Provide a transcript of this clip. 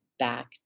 back